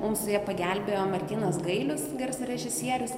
mums pagelbėjo martynas gailius garso režisierius